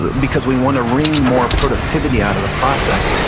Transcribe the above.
because we wanna wring more productivity out of the process,